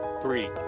three